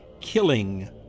killing